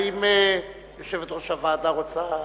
האם יושבת-ראש הוועדה רוצה להתייחס?